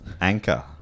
Anchor